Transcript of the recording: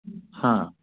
हाँ